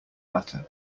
matter